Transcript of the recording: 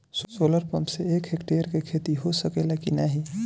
Solar pump से एक hectare क खेती हो सकेला की नाहीं?